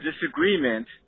disagreement